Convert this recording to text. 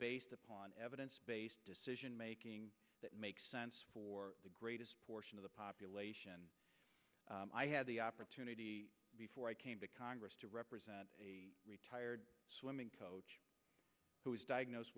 based upon evidence based decision making that makes sense for the greatest portion of the population i had the opportunity before i came to congress to represent a retired who was diagnosed